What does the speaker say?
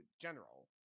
general